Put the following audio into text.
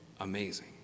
amazing